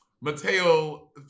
Mateo